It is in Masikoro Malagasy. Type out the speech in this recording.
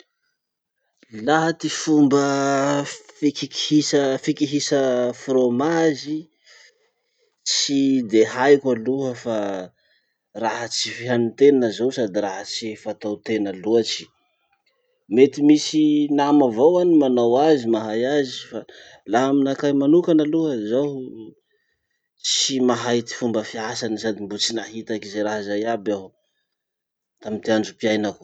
Laha ty fomba fikiki- fikihisa fromazy, tsy de haiko aloha fa raha tsy fihanitena zao sady raha tsy fataotena loatsy. Mety misy nama avao any manao azy mahay azy fa laha aminakahy manokana aloha zaho tsy mahay ty fomba fiasany sady mbo tsy nahitaky ze raha zay aby aho tamy ty androm-piainako.